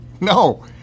No